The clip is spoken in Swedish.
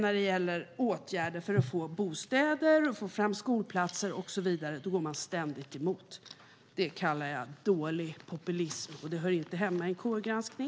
När det gäller åtgärder för att få fram bostäder, skolplatser och så vidare går ni ständigt emot. Det kallar jag dålig populism, och det hör inte hemma i KU-granskning.